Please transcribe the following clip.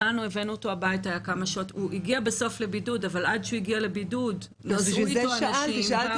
הוא הגיע בסוף לבידוד אבל עד שהוא הגיע לבידוד נסעו איתו אנשים.